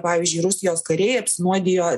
pavyzdžiui rusijos kariai apsinuodijo